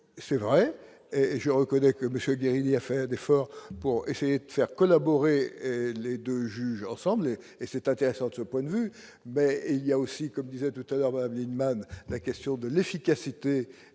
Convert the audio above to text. c'est vrai et je reconnais que Monsieur Guérini a fait d'efforts pour essayer de faire collaborer les 2 juges ensemble et c'est intéressant de ce point de vue, mais il y a aussi, comme disait tout à l'heure, vous avez une manne la question de l'efficacité